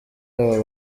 aba